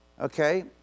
Okay